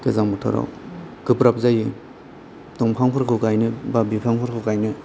गोजां बोथोराव गोब्राब जायो दंफांफोरखौ गायनो एबा बिफांफोरखौ गायनो